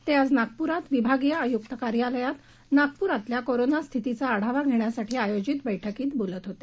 ते आज नागपुरात विभागीय आयुक्त कार्यालयात नागपुरातल्या कोरोना स्थितीचा आढावा घेण्यासाठी आयोजित केलेल्या बैठकीत बोलत होते